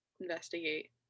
investigate